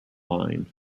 line